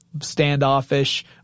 standoffish